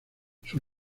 sus